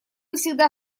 всегда